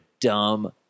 dumb